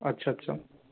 अच्छा अच्छा